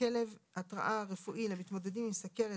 כלב התרעה רפואי למתמודדים עם סכרת,